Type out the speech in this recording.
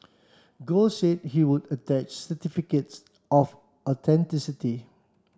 gold said he would attach certificates of authenticity